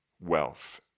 wealth